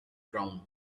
ground